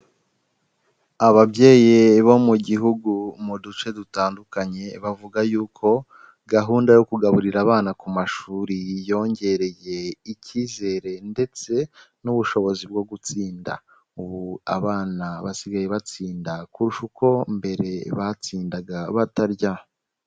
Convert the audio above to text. Ababyeyi bo mu gihugu mu duce dutandukanye bavuga yuko gahunda yo kugaburira abana ku mashuri yongereye icyizere ndetse n'ubushobozi bwo gutsinda, ubu abana basigaye batsinda kurusha uko mbere batsindaga batarya.